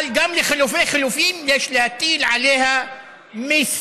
אבל גם לחלופי-חלופין יש להטיל עליה מיסוי.